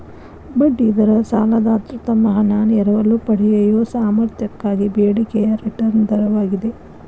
ಬಡ್ಡಿ ದರ ಸಾಲದಾತ್ರು ತಮ್ಮ ಹಣಾನ ಎರವಲು ಪಡೆಯಯೊ ಸಾಮರ್ಥ್ಯಕ್ಕಾಗಿ ಬೇಡಿಕೆಯ ರಿಟರ್ನ್ ದರವಾಗಿದೆ